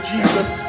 Jesus